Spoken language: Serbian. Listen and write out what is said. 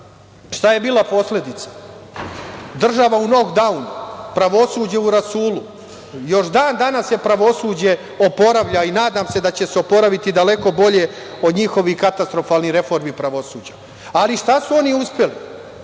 šta je bila posledica? Država u nokdaunu, pravosuđe u rasulu, još dana danas se pravosuđe oporavlja i nadam se da će se oporaviti daleko bolje od njihovih katastrofalnih reformi pravosuđa. Ali, šta su oni uspeli?